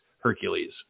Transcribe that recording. Hercules